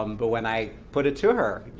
um but when i put it to her,